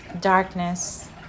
darkness